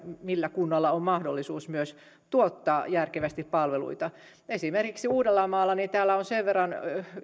millä kunnalla on mahdollisuus myös tuottaa järkevästi palveluita esimerkiksi uudellamaalla on sen verran